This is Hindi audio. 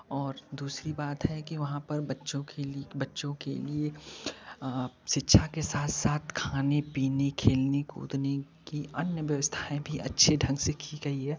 और दूसरी बात है कि वहाँ पर बच्चों के बच्चों के लिए शिक्षा के साथ साथ खाने पीने खेलने कूदने कि अन्य व्यवस्थाएँ भी अच्छे ढंग से की गई है